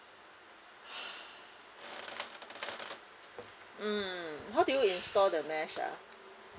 mm how do you install the mesh ah